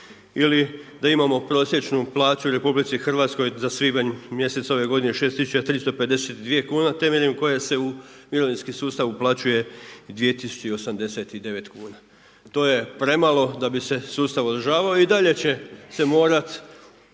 ili da imamo prosječnu plaću u Republici Hrvatskoj za svibanj mjesec ove godine 6.352 kune temeljem kojem se u mirovinski sustav uplaćuje 2.089 kuna. To je premalo da bi se sustav održavao i dalje će se morat